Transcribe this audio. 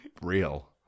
real